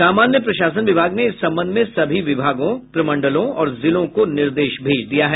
सामान्य प्रशासन विभाग ने इस संबंध में सभी विभागों प्रमंडलों और जिलों को निर्देश भेज दिया है